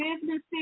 businesses